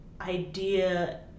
idea